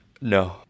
No